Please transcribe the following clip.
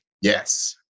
Yes